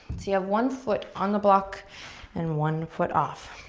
so you have one foot on the block and one foot off.